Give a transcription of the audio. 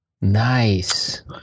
nice